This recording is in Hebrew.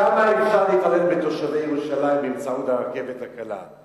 כמה אפשר להתעלל בתושבי ירושלים באמצעות הרכבת הקלה?